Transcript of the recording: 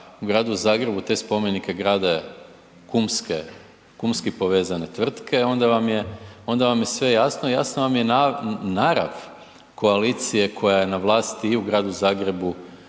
u gradu Zagrebu te spomenike grade kumski povezane tvrtke onda vam je sve jasno i jasna vam je narav koalicije koja je na vlasti i u gradu Zagrebu